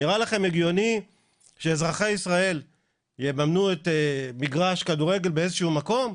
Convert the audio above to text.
נראה לכם הגיוני שאזרחי ישראל יממנו את מגרש כדורגל באיזה שהוא מקום?